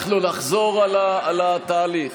אנחנו נחזור על התהליך.